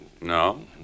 No